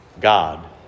God